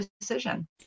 decision